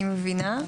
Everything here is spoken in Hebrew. אני מבינה.